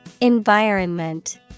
Environment